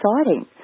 exciting